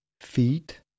feet